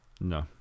No